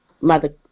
Mother